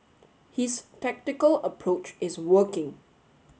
his tactical approach is working